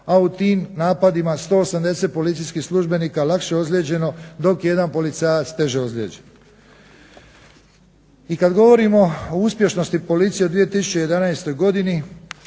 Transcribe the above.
a u tim napadima 180 policijskih službenika je lakše ozlijeđeno dok je jedan policajac teže ozlijeđen. I kada govorimo o uspješnosti policije u 2011. godini